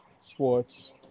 sports